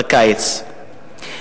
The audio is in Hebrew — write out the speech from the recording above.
בקיץ,